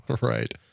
Right